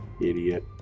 Idiot